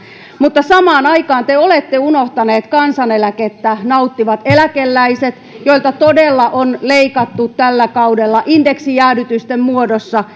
mutta samaan aikaan te olette unohtaneet kansaneläkettä nauttivat eläkeläiset joilta todella on leikattu tällä kaudella indeksijäädytysten muodossa